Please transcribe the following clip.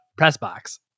PressBox